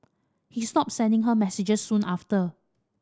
he stopped sending her messages soon after